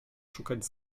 szukać